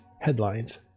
headlines